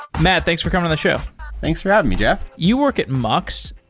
matt, thanks for coming on the show thanks for having me, jeff you work at mux,